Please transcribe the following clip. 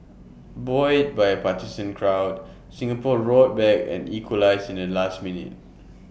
buoyed by A partisan crowd Singapore roared back and equalised in the last minute